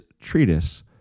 treatise